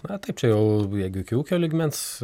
na taip čia jau jeigu iki ūkio lygmens